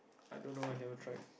I don't know I never tried